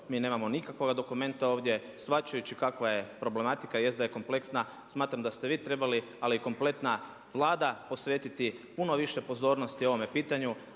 mi nemamo nikakvog dokumenta ovdje shvaćajući kakva je problematika, jest da je kompleksna. Smatram da ste vi trebali, ali i kompletna Vlada posvetiti puno više pozornosti ovome pitanju,